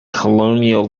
colonial